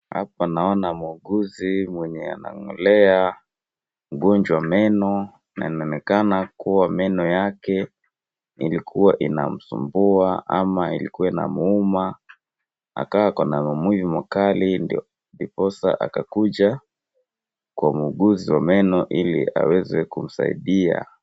Hapa naona muuguzi mwenye anang'olea mgonjwa meno, na inaonekana kuwa meno yake ilikuwa inamsumbua ama ilikuwa inamuuma, akawa ako na maumivu makali na ndio ndiposa akakuja kwa muuguzi wa meno, ili aweze kumsaidia.